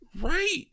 Right